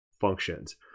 functions